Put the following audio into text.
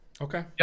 okay